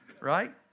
right